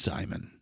Simon